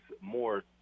more